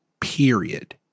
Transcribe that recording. period